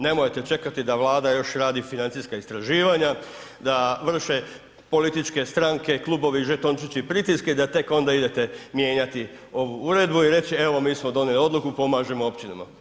Nemojte čekati da Vlada još radi financijska istraživanja, da vrše političke stranke, klubovi, žetončići i pritisci, da tek onda idete mijenjati ovu uredbu i reći evo mi smo donijeli odluku, pomažemo općinama.